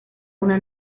una